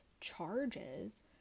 charges